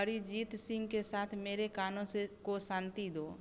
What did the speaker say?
अरिजीत सिंह के साथ मेरे कानों से को शांति दो